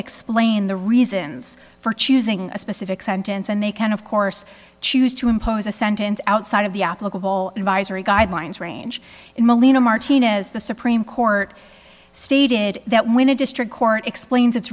explain the reasons for choosing a specific sentence and they can of course choose to impose a sentence outside of the applicable advisory guidelines range in molina martinez the supreme court stated that when a district court explains it